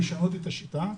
כדי לשנות את השיטה,